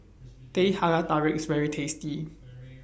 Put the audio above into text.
Teh Halia Tarik IS very tasty